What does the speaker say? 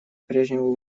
прежнему